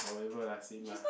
however lah same lah